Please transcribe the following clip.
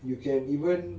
you can even